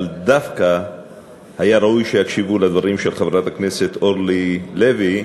אבל דווקא היה ראוי שיקשיבו לדברים של חברת הכנסת אורלי לוי,